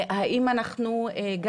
שלום לכולם, תודה רבה על הדיון החשוב.